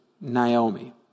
Naomi